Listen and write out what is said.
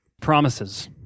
Promises